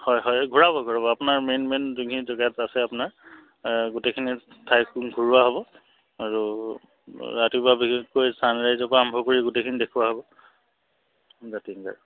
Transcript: হয় হয় ঘূৰাব ঘূৰাব আপোনাৰ মেইন মেইন যোনখিনি জেগাত আছে আপোনাৰ গোটেইখিনি ঠাই ঘূৰোৱা হ'ব আৰু ৰাতিপুৱা বিশেষকৈ ছানৰাইজৰ পৰা আৰম্ভ কৰি গোটেইখিনি দেখুুৱা হ'ব জাতিংগাৰ